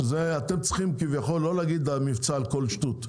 שאתם צריכים כביכול לא להגיד מבצע על כל שטות,